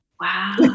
Wow